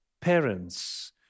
parents